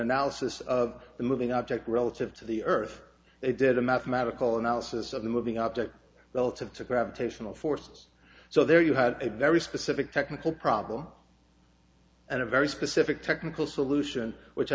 analysis of the moving object relative to the earth they did a mathematical analysis of the moving object relative to gravitational force so there you had a very specific technical problem and a very specific technical solution which